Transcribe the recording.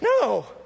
No